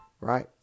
right